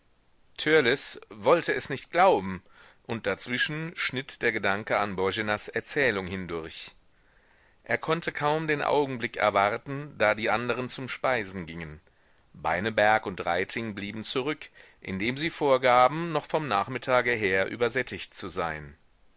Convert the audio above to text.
wollte es nicht glauben und dazwischen schnitt der gedanke an boenas erzählung hindurch er konnte kaum den augenblick erwarten da die anderen zum speisen gingen beineberg und reiting blieben zurück indem sie vorgaben noch vom nachmittage her übersättigt zu sein